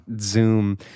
Zoom